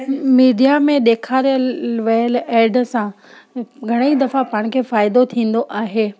media में ॾेखारियल वयलु एड सां घणेई दफ़ा पाण खे फ़ाइदो थींदो आहे